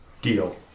Deal